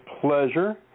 pleasure